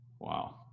wow